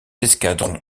escadrons